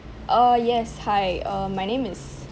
uh yes hi uh my name is